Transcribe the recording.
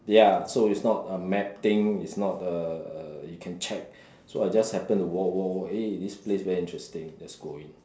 ya so it's not uh mapping it's not err you can check so I just happened to walk walk walk eh this place very interesting let's go in